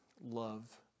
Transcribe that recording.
love